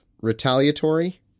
retaliatory